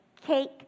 cake